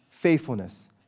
faithfulness